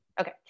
okay